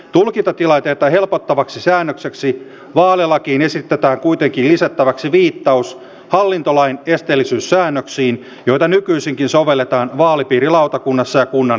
tulkintatilanteita helpottavaksi säännökseksi vaalilakiin esitetään kuitenkin lisättäväksi viittaus hallintolain esteellisyyssäännöksiin joita nykyisinkin sovelletaan vaalipiirilautakunnassa ja kunnan keskusvaalilautakunnassa